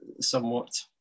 somewhat